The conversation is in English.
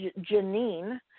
janine